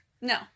No